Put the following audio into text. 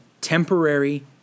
temporary